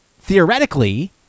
theoretically